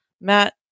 Matt